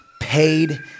paid